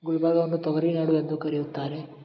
ಗುಲ್ಬರ್ಗವನ್ನು ತೊಗರೀ ನಾಡು ಎಂದು ಕರೆಯುತ್ತಾರೆ